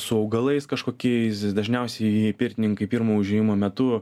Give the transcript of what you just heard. su augalais kažkokiaiz dažniausiai pirtininkai pirmo užėjimo metu